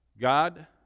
God